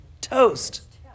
toast